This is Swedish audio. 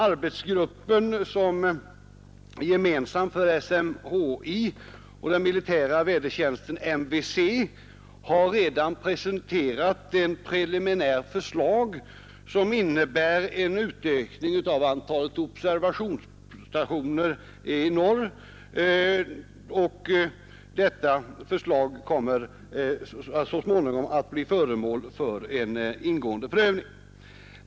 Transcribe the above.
Den för SMHI och den militära vädertjänsten MVC gemensamma arbetsgruppen har redan presenterat ett preliminärt förslag som innebar en utökning av antalet observationsstationer i norr, och detta förslag kommer så småningom att bli föremål för en ingående prövning.